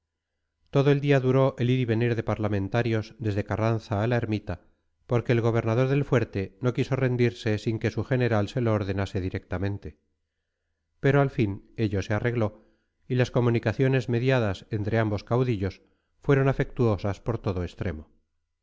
todo el día duró el ir y venir de parlamentarios desde carranza a la ermita porque el gobernador del fuerte no quiso rendirse sin que su general se lo ordenase directamente pero al fin ello se arregló y las comunicaciones mediadas entre ambos caudillos fueron afectuosas por todo extremo